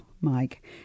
mike